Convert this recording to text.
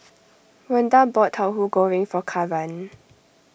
Ronda bought Tahu Goreng for Karan